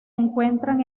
encuentran